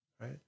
right